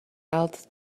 else